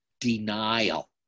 denial